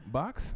box